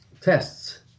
tests